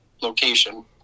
location